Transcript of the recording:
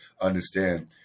understand